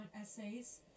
essays